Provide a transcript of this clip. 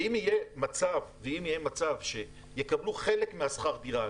ואם יהיה מצב שיקבלו חלק משכר הדירה,